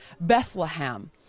Bethlehem